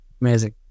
Amazing